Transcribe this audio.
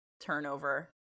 turnover